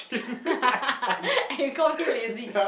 and you call me lazy